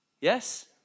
Yes